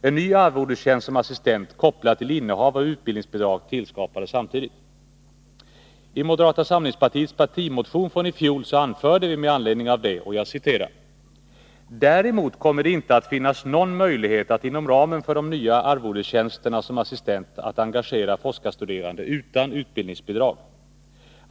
En ny arvodestjänst som assistent kopplad till innehav av utbildningsbidrag tillskapades samtidigt. I moderata samlingspartiets partimotion i fjol anförde vi med anledning av detta: ”Däremot kommer det inte att finnas någon möjlighet att inom ramen för de nya arvodestjänsterna som assistent engagera forskarstuderande utan utbildningsbidrag.